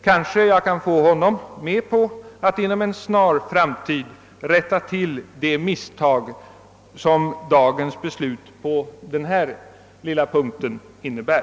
Kanske jag kan få honom med på att inom en snar framtid rätta till det misstag som dagens beslut i detta avseende innebär.